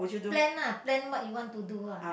plan lah plan what you want to do ah